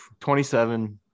27